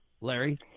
Larry